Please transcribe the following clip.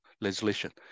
legislation